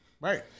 Right